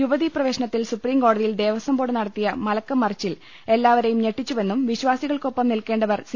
യുവതീ പ്രവേശത്തിൽ സുപ്രീംകോടതിയിൽ ദേവസ്വംബോർഡ് നടത്തിയ മലക്കം മറിച്ചിൽ എല്ലാവരെയും ഞെട്ടിച്ചുവെന്നും വിശ്വാസി കൾക്കൊപ്പം നിൽക്കേണ്ടവർ സി